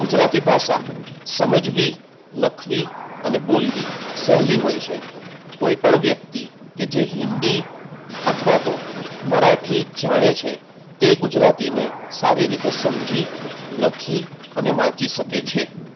ગુજરાતી ભાષા સમજવી લખવી અને બોલવી સહેલી હોય છે કોઈ પણ વ્યક્તિ કે જે હિન્દી અથવા તો મરાઠી જાણે છે તે ગુજરાતીને સારી રીતે સમજી લખી અને વાંચી શકે છે